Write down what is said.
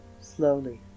Slowly